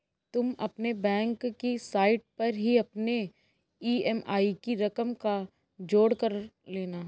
तुम अपने बैंक की साइट पर ही अपने ई.एम.आई की रकम का जोड़ कर लेना